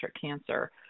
cancer